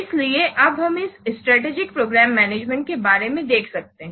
इसलिए अब हम इस स्ट्रेटेजिक प्रोग्राम मैनेजमेंट के बारे में देख सकते हैं